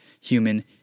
human